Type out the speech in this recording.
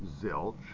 Zilch